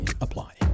apply